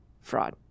fraud